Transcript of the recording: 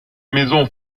maison